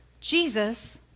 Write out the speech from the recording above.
Jesus